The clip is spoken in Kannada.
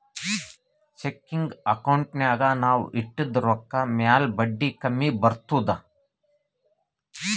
ಚೆಕಿಂಗ್ ಅಕೌಂಟ್ನಾಗ್ ನಾವ್ ಇಟ್ಟಿದ ರೊಕ್ಕಾ ಮ್ಯಾಲ ಬಡ್ಡಿ ಕಮ್ಮಿ ಬರ್ತುದ್